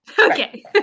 Okay